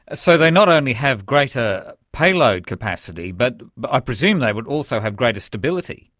ah so they not only have greater payload capacity, but but i presume they would also have greater stability.